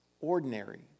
ordinary